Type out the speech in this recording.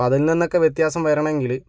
അതിൽനിന്നൊക്കെ വ്യത്യാസം വരണമെങ്കില്